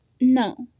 no